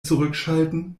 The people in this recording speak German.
zurückschalten